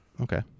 Okay